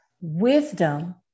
Wisdom